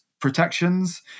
protections